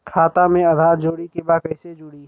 खाता में आधार जोड़े के बा कैसे जुड़ी?